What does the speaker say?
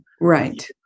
right